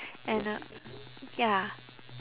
and a ya